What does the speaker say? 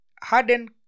Harden